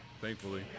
thankfully